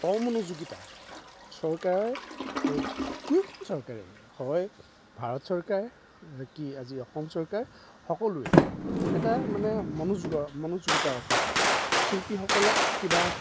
অমনোযোগিতা চৰকাৰে কোনো এখন চৰকাৰেই হয় ভাৰত চৰকাৰ কি আজি অসম চৰকাৰ সকলোৱে এটা মানে মনোযোগ মনোযোগিতাৰ অভাৱ শিল্পীসকলক কিবা